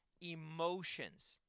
emotions